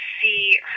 see